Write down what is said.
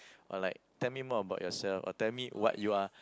or like tell me more about yourself or tell me what you are